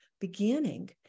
beginning